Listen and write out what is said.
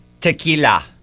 Tequila